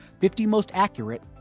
50mostaccurate